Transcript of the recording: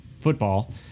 football